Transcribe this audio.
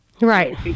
Right